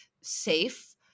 safe